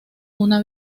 una